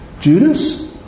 Judas